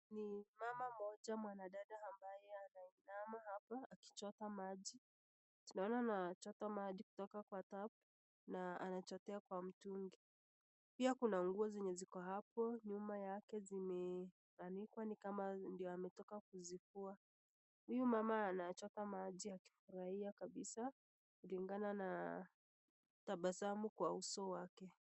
Ni mama mmoja, mwanadada ambaye anainama hapa akichota maji. Tunaona anachota maji kutoka kwa tap na anachotea kwa mtungi. Pia kuna nguo zenye ziko hapo nyuma yake zimeanikwa ni kama ndio ametoka kuzifua. Huyu mama anachota maji akifurahia kabisa kulingana na tabasamu kwa uso wake.